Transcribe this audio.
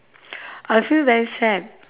I'll feel very sad